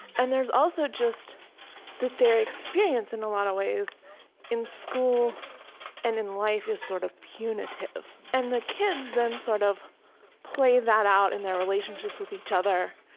and there's also just that their experience in a lot of ways in school and in life is sort of punitive. and the kids then sort of play that out in their relationships with each other.